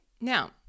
Now